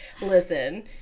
listen